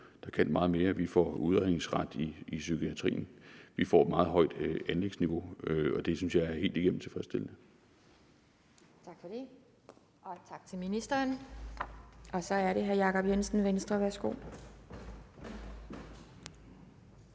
der kan meget mere; vi får udredningsret i psykiatrien; vi får et meget højt anlægsniveau. Og det synes jeg er helt igennem tilfredsstillende. Kl. 13:08 Anden næstformand (Pia Kjærsgaard): Tak til ministeren. Og så er det hr. Jacob Jensen, Venstre. Værsgo.